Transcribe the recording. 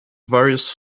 various